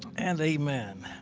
and amen.